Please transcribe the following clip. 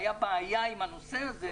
שהייתה בעיה עם הנושא הזה,